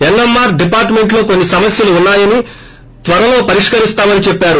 NMR డిపార్ట్మెంట్లో కొన్సి సమస్యలు ఉన్నాయని త్వరలో పరిష్కరిస్తామని చెప్పారు